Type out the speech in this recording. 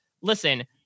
listen